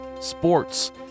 sports